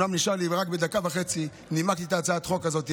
אומנם רק בדקה וחצי נימקתי את הצעת החוק הזאת,